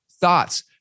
thoughts